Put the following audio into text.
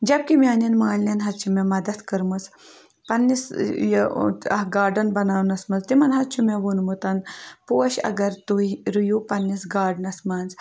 جب کہِ میانٮ۪ن مٲلٮ۪ن حظ چھِ مےٚ مَدَتھ کٔرمٕژ پنٛنِس یہِ اَکھ گاڈَن بَناونَس منٛز تِمَن حظ چھُ مےٚ ووٚنمُت پوش اگر تُہۍ رُو پنٛنِس گاڈنَس منٛز